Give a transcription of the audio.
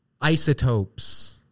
isotopes